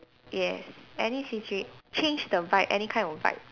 yes any situa~ change the vibe any kind of vibe